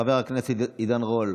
חבר הכנסת עידן רול,